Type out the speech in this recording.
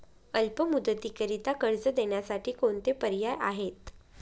अल्प मुदतीकरीता कर्ज देण्यासाठी कोणते पर्याय आहेत?